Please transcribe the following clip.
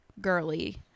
girly